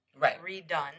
redone